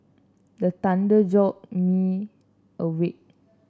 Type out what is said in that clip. the thunder jolt me awake